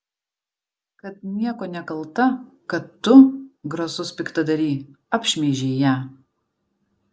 kad niekuo nekalta kad tu grasus piktadary apšmeižei ją